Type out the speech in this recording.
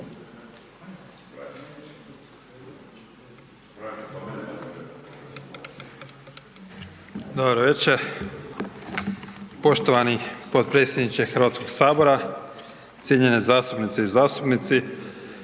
Dobro večer, poštovani potpredsjedniče Hrvatskog sabora, cijenjene zastupnice i zastupnici.